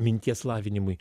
minties lavinimui